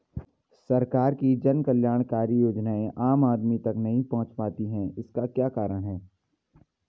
सरकार की जन कल्याणकारी योजनाएँ आम आदमी तक नहीं पहुंच पाती हैं इसका क्या कारण है?